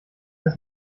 das